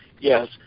yes